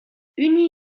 une